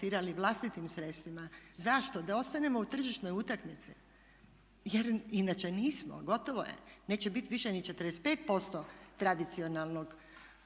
vlastitim sredstvima. Zašto? Da ostanemo u tržišnoj utakmici jer inače nismo, gotovo je. Neće biti više ni 45% tradicionalnog